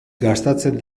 gastatzen